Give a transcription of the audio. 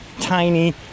tiny